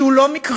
כי הוא לא מקרי.